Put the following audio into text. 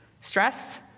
stress